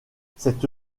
cette